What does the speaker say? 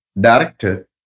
director